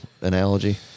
analogy